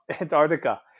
Antarctica